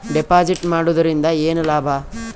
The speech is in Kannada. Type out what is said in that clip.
ಡೆಪಾಜಿಟ್ ಮಾಡುದರಿಂದ ಏನು ಲಾಭ?